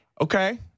Okay